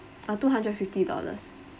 uh two hundred fifty dollars